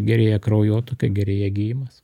gerėja kraujotaka gerėja gyjimas